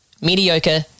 Mediocre